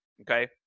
okay